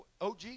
OG